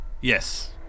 Yes